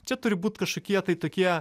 čia turi būti kažkokie tai tokie